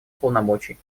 полномочий